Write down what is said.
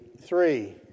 three